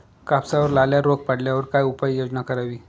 कापसावर लाल्या रोग पडल्यावर काय उपाययोजना करावी?